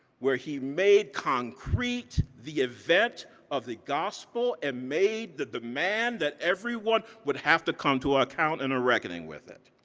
where he made concrete the event of the gospel and made the demand that everyone would have to come to ah account and a reckoning with it.